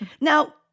Now